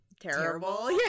terrible